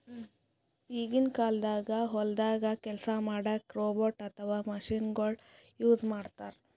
ಈಗಿನ ಕಾಲ್ದಾಗ ಹೊಲ್ದಾಗ ಕೆಲ್ಸ್ ಮಾಡಕ್ಕ್ ರೋಬೋಟ್ ಅಥವಾ ಮಷಿನಗೊಳು ಯೂಸ್ ಮಾಡ್ತಾರ್